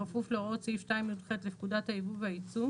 בכפוף להוראות סעיף 2יח לפקודת היבוא והיצוא,